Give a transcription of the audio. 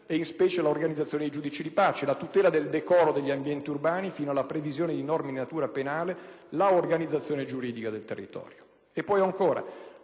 ed in specie l'organizzazione dei giudici di pace, la tutela del decoro degli ambienti urbani fino alla previsione di norme di natura penale, l'organizzazione giuridica del territorio. Occorre